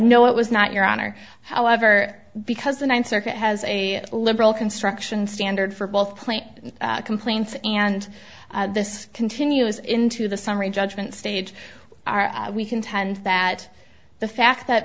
no it was not your honor however because the ninth circuit has a liberal construction standard for both plant complaints and this continuous into the summary judgment stage are we contend that the fact that